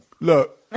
Look